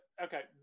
okay